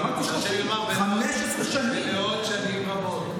אמרתי 30. 15 שנים, ולעוד שנים רבות.